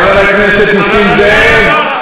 חבר הכנסת נסים זאב.